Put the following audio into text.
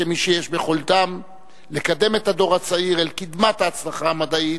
כמי שיש ביכולתם לקדם את הדור הצעיר אל קדמת ההצלחה המדעית,